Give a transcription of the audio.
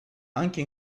anche